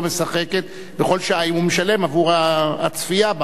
משחקת בכל שעה אם הוא משלם עבור הצפייה בה,